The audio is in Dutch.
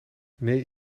nee